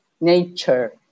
nature